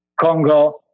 Congo